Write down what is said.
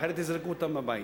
אחרת יזרקו אותם מהבית.